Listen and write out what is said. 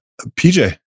PJ